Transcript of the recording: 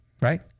right